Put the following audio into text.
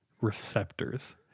receptors